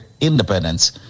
independence